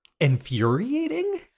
infuriating